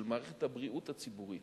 של מערכת הבריאות הציבורית